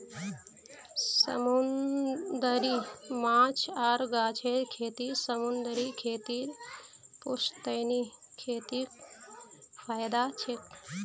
समूंदरी माछ आर गाछेर खेती समूंदरी खेतीर पुश्तैनी खेतीत फयदा छेक